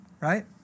right